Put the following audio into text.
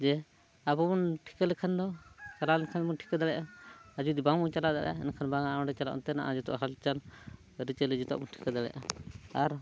ᱡᱮ ᱟᱵᱚ ᱵᱚᱱ ᱴᱷᱤᱠᱟᱹ ᱞᱮᱠᱷᱟᱱ ᱫᱚ ᱪᱟᱞᱟᱣ ᱞᱮᱱᱠᱷᱟᱱ ᱵᱚᱱ ᱴᱷᱤᱠᱟᱹ ᱫᱟᱲᱮᱭᱟᱜᱼᱟ ᱟᱨ ᱡᱩᱫᱤ ᱵᱟᱝᱵᱚᱱ ᱪᱟᱞᱟᱣ ᱫᱟᱲᱮᱭᱟᱜᱼᱟ ᱮᱱᱠᱷᱟᱱ ᱵᱟᱝ ᱚᱱᱛᱮᱱᱟᱜ ᱡᱚᱛᱚᱣᱟᱜ ᱦᱟᱞᱪᱟᱞ ᱟᱹᱨᱤ ᱪᱟᱹᱞᱤ ᱡᱚᱛᱚᱣᱟᱜ ᱵᱚᱱ ᱴᱷᱤᱠᱟᱹ ᱫᱟᱲᱮᱭᱟᱜᱼᱟ ᱟᱨ